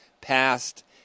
passed